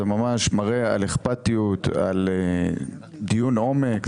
זה ממש מראה על אכפתיות ועל דיון עומק.